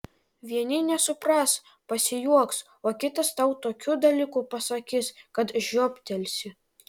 vieni nesupras pasijuoks o kitas tau tokių dalykų pasakys kad žioptelsi